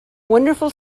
wonderful